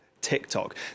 TikTok